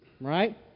right